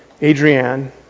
Adrienne